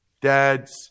dads